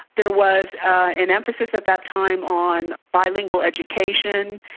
there was an emphasis at that time on bilingual education,